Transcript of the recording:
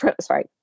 sorry